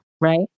Right